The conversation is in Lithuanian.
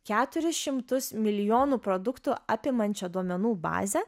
keturis šimtus milijonų produktų apimančią duomenų bazę